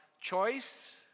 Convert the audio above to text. choice